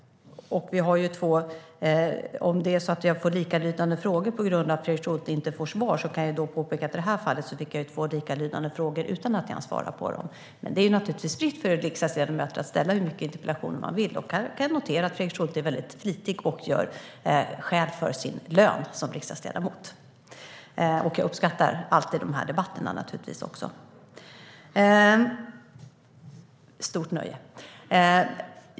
Om jag får likalydande frågor på grund av att Fredrik Schulte inte får svar kan jag påpeka att jag i det här fallet fick två likalydande frågor utan att jag ens hade svarat på dem. Men det är naturligtvis fritt för riksdagsledamöter att ställa hur många interpellationer man vill, och här kan jag notera att Fredrik Schulte är mycket flitig och gör skäl för sin lön som riksdagsledamot. Jag uppskattar naturligtvis också alltid de här debatterna. Det är ett stort nöje.